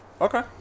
Okay